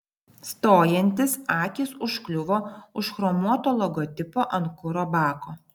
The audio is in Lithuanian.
stojantis akys užkliuvo už chromuoto logotipo ant kuro bako